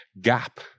Gap